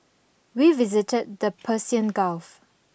we visited the Persian Gulf